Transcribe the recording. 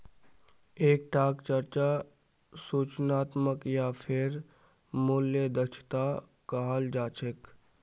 एक टाक चर्चा सूचनात्मक या फेर मूल्य दक्षता कहाल जा छे